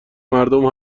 مردم